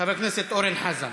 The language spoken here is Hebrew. חבר הכנסת אורן חזן,